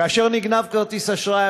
כאשר נגנב כרטיס אשראי,